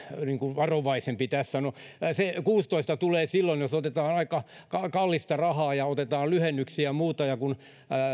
varovaisempi tässä no se kuusitoista tulee silloin jos otetaan aika kallista rahaa ja otetaan lyhennyksiä ja muuta kun